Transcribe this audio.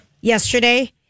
yesterday